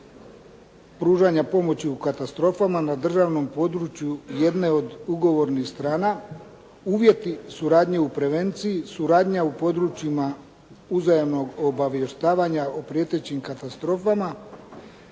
pružanja pomoći u katastrofama na državnom području jedne od ugovornih strana, uvjeti suradnje u prevenciji, suradnja u područjima uzajamnog obavještavanja o prijetećim katastrofama,